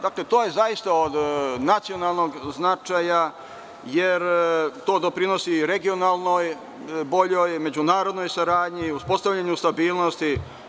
Dakle, to je zaista od nacionalnog značaja, jer to doprinosi regionalnoj, boljoj međunarodnoj saradnji, uspostavljanju stabilnosti.